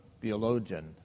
theologian